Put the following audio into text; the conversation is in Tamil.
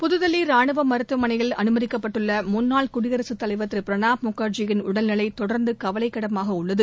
புதுதில்லி ரானுவ மருத்துவமனையில் அனுமதிக்கப்பட்டுள்ள முன்னாள் குடியரசுத் தலைவர் திரு பிரணாப் முகர்ஜியின் உடல்நிலை தொடர்ந்து கவலைக்கிடமாக உள்ளது